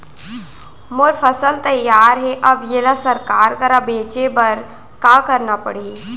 मोर फसल तैयार हे अब येला सरकार करा बेचे बर का करना पड़ही?